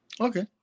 Okay